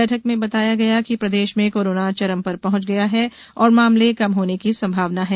बैठक में बताया गया कि प्रदेश में कोरोना चरम पर पहुंच गया है और मामले कम होने की संभावना हैं